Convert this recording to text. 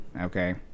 Okay